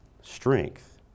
strength